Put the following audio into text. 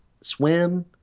swim –